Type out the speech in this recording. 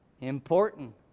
important